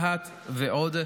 מה"ט ועוד,